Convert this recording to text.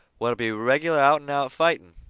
what'll be regular out-and-out fighting,